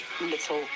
little